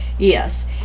yes